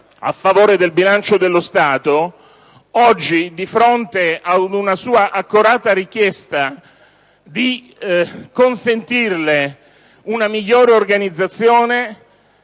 a favore del bilancio dello Stato, rifiutiamo una sua accorata richiesta di consentirne una migliore organizzazione,